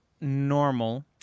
normal